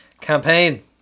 campaign